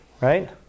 right